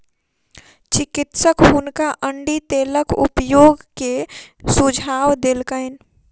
चिकित्सक हुनका अण्डी तेलक उपयोग के सुझाव देलकैन